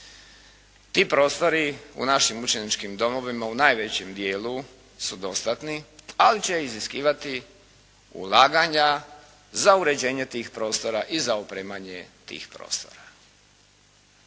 Ti prostori u našim učeničkim domovima u najvećem dijelu su dostatni, ali će iziskivati ulaganja za uređenje tih prostora i za opremanje tih prostora.